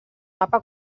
mapa